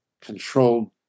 controlled